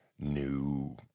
new